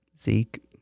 Zeke